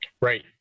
Right